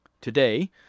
Today